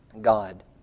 God